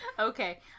Okay